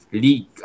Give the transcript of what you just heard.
league